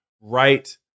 right